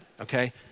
Okay